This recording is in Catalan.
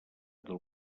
del